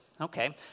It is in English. okay